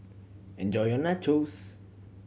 enjoy your Nachos